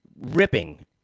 ripping